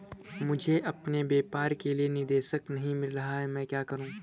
मुझे अपने व्यापार के लिए निदेशक नहीं मिल रहा है मैं क्या करूं?